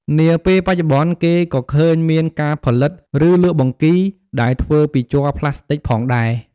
នាពេលបច្ចុប្បន្នគេក៏ឃើញមានការផលិត ឬលក់បង្គីដែលធ្វើពីជ័រប្លាស្ទិកផងដែរ។